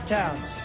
towns